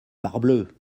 parbleu